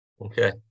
Okay